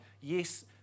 yes